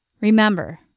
Remember